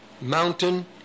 mountain